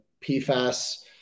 PFAS